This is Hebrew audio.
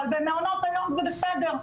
אבל במעונות היום זה בסדר,